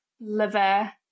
liver